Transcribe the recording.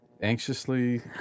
Anxiously